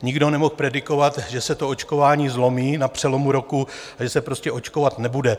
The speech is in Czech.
Nikdo nemohl predikovat, že se očkování zlomí na přelomu roku a že se prostě očkovat nebude.